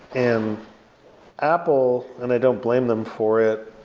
and apple, and i don't blame them for it,